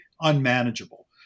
unmanageable